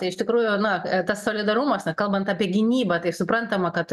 tai iš tikrųjų na tas solidarumas na kalbant apie gynybą tai suprantama kad